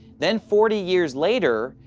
then forty years later,